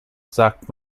sagt